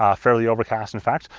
um fairly overcast in fact.